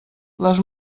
les